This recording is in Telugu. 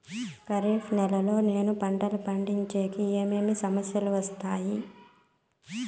ఖరీఫ్ నెలలో నేను పంటలు పండించేకి ఏమేమి సమస్యలు వస్తాయి?